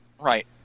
right